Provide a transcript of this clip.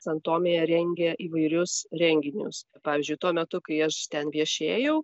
san tomėje rengia įvairius renginius pavyzdžiui tuo metu kai aš ten viešėjau